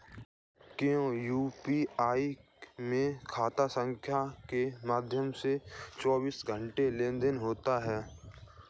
क्या यू.पी.आई में खाता संख्या के माध्यम से चौबीस घंटे लेनदन होता है?